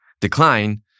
decline